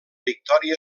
victòria